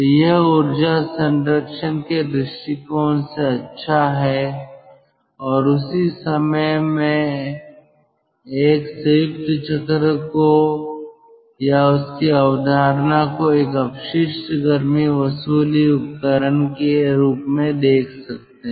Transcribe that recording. तो यह ऊर्जा संरक्षण के दृष्टिकोण से अच्छा है और उसी समय में एक संयुक्त चक्र को या उसकी अवधारणा को एक अपशिष्ट गर्मी वसूली उपकरण के रूप में देख सकते हैं